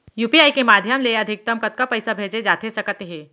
UPI के माधयम ले अधिकतम कतका पइसा भेजे जाथे सकत हे?